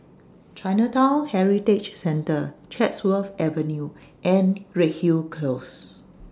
Chinatown Heritage Centre Chatsworth Avenue and Redhill Close